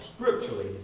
scripturally